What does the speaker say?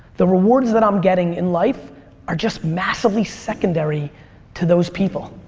the rewards that i'm getting in life are just massively secondary to those people.